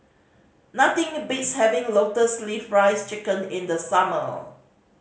nothing beats having lotus leaf rice chicken in the summer